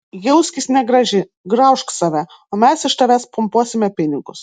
jauskis negraži graužk save o mes iš tavęs pumpuosime pinigus